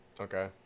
Okay